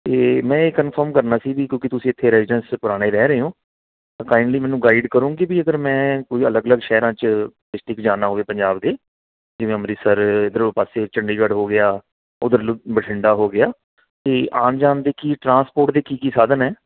ਅਤੇ ਮੈਂ ਇਹ ਕਨਫਰਮ ਕਰਨਾ ਸੀ ਵੀ ਕਿਉਂਕਿ ਤੁਸੀਂ ਇੱਥੇ ਰੈਜੀਡੈਂਸ ਪੁਰਾਣੇ ਰਹਿ ਰਹੇ ਓਂ ਤਾਂ ਕਾਇੰਡਲੀ ਮੈਨੂੰ ਗਾਈਡ ਕਰੋ ਕਿ ਵੀ ਇੱਧਰ ਮੈਂ ਕੋਈ ਅਲੱਗ ਅਲੱਗ ਸ਼ਹਿਰਾਂ 'ਚ ਡਿਸਟ੍ਰਿਕ ਜਾਣਾ ਹੋਵੇ ਪੰਜਾਬ ਦੇ ਜਿਵੇਂ ਅੰਮ੍ਰਿਤਸਰ ਇੱਧਰੋਂ ਪਾਸੇ ਚੰਡੀਗੜ੍ਹ ਹੋ ਗਿਆ ਉੱਧਰ ਲੁ ਬਠਿੰਡਾ ਹੋ ਗਿਆ ਅਤੇ ਆਉਣ ਜਾਣ ਦੇ ਕੀ ਟ੍ਰਾਂਸਪੋਰਟ ਦੇ ਕੀ ਕੀ ਸਾਧਨ ਹੈ